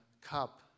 cup